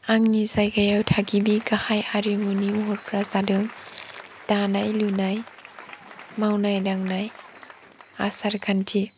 आंनि जायगायाव थागिबि गाहाय आरिमुनि महरफ्रा जादों दानाय लुनाय मावनाय दांनाय आसार खान्थि